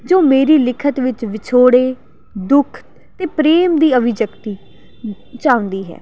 ਜੋ ਮੇਰੀ ਲਿਖਤ ਵਿੱਚ ਵਿਛੋੜੇ ਦੁੱਖ ਅਤੇ ਪ੍ਰੇਮ ਦੀ ਅਭਿ ਯਕਤੀ ਚਾਹੁੰਦੀ ਹੈ